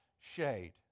shade